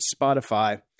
spotify